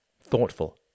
thoughtful